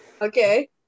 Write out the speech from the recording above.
Okay